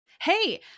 Hey